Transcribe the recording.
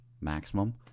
maximum